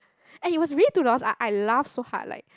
and it was really two dollar I I laugh so hard like